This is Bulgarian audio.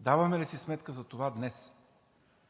Даваме ли си сметка за това днес?